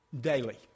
daily